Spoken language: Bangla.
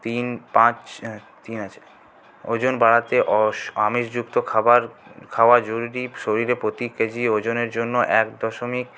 তিন পাঁচ তিন আছে ওজন বাড়াতে আমিষযুক্ত খাবার খাওয়া জরুরি শরীরে প্রতি কেজি ওজনের জন্য এক দশমিক